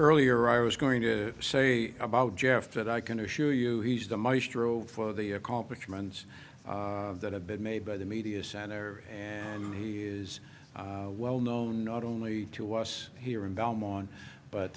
earlier i was going to say about jeff that i can assure you he's the maestro for the accomplishments that have been made by the media center and he is well known not only to us here in belmont but